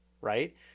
right